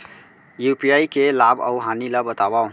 UPI के लाभ अऊ हानि ला बतावव